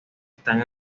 están